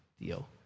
deal